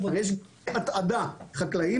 הרי יש גוף התעדה חקלאיים,